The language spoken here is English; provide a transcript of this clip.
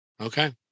Okay